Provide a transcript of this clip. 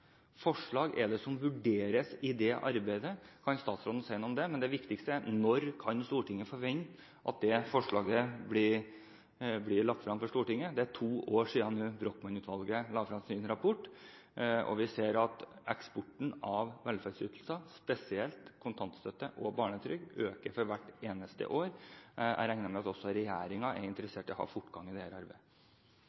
forslag som vurderes i det arbeidet? Kan statsråden si noe om det? Men det viktigste er: Når kan vi forvente at det forslaget blir lagt frem for Stortinget? Det er to år siden Brochmann-utvalget la frem sin innstilling, og vi ser at eksporten av velferdsytelser, spesielt kontantstøtte og barnetrygd, øker for hvert eneste år. Jeg regner med at også regjeringen er interessert i å få fortgang i dette arbeidet. Det stemmer at regjeringa